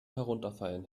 herunterfallen